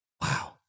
Wow